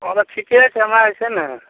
ओना ठिके छै हमरा अइसने